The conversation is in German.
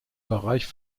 bereich